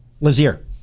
Lazier